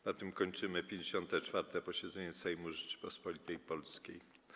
Na tym kończymy 54. posiedzenie Sejmu Rzeczypospolitej Polskiej.